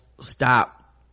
stop